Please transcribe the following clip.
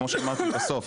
כמו שאמרתי בסוף,